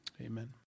amen